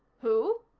who?